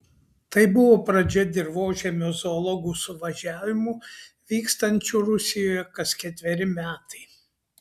tai buvo pradžia dirvožemio zoologų suvažiavimų vykstančių rusijoje kas ketveri metai